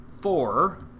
four